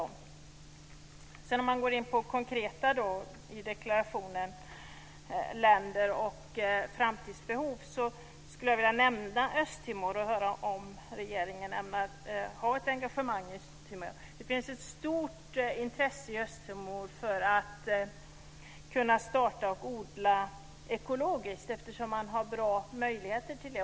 Om jag sedan går in på det konkreta i deklarationen och på detta med länder och framtidsbehov skulle jag vilja nämna Östtimor. Ämnar regeringen ha ett engagemang där? Det finns ett stort intresse i Östtimor för att kunna börja odla ekologiskt eftersom man har bra möjligheter till det.